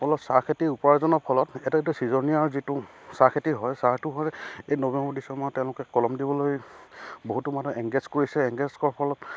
অলপ চাহ খেতিৰ উপাৰ্জনৰ ফলত এইটো এটা চিজনীয়া যিটো চাহ খেতি হয় চাহটো হয় এই নৱেম্বৰ ডিচেম্বৰ মাহত তেওঁলোকে কলম দিবলৈ বহুতো মানুহ এংগেজ কৰিছে এংগেজ কৰাৰ ফলত